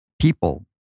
people